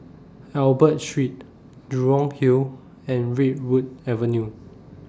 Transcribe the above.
Albert Street Jurong Hill and Redwood Avenue